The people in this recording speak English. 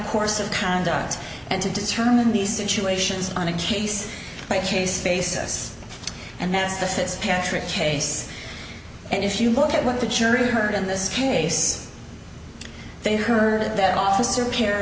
course of conduct and to determine these situations on a case by case basis and that's the swiss patrick case and if you look at what the jury heard in this case they heard that officer